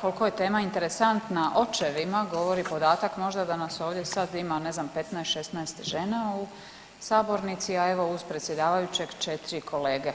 koliko je tema interesantna očevima govori podatak možda da nas ovdje sad ima, ne znam, 15, 16 žena u sabornici, a evo, uz predsjedavajućeg, 4 kolege.